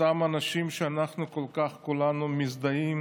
אותם אנשים שאנחנו, כולנו, כל כך מזדהים